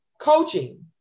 coaching